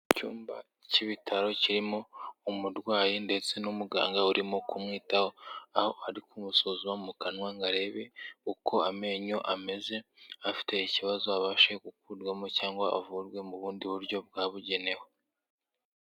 Icyumba cy'ibitaro, kirimo umurwayi ndetse n'umuganga urimo kumwitaho, aho ari kumusuzuma mu kanwa ngo arebe uko amenyo ameze, afite ikibazo abashe gukurwamo, cyangwa avurwe mu bundi buryo bwabugenewe.